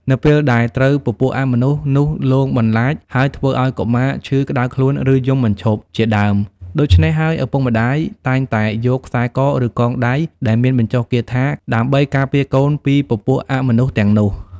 នៅពេលដែលត្រូវពពួកអមនុស្សនោះលងបន្លាចហើយធ្វើឲ្យកុមារឈឺក្តៅខ្លួនឬយំមិនឈប់ជាដើមដូចឆ្នេះហើយឳពុកម្តាយតែងតែយកខ្សែកឬកងដៃដែលមានបញ្ចុះគាថាការដើម្បីពារកូនពីពពួកអមនុស្សទាំងនោះ